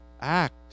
act